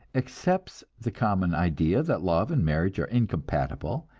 accepts the common idea that love and marriage are incompatible,